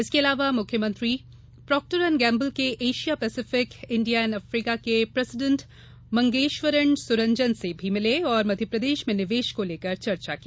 इसके अलावा मुख्यमंत्री प्रॉक्टर एंड गेम्बल के Asia Pacific India and Africa के प्रेसीडेंट मंगेश्वरण सुरंजन से मिले और मध्यप्रदेश में निवेश को लेकर चर्चा की